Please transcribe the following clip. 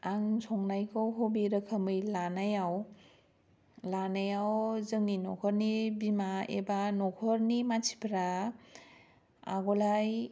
आं संनायखौ हबि रोखोमै लानायाव लानायाव जोंनि नखरनि बिमा एबा नखरनि मानसिफोरा आगोलहाय